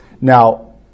Now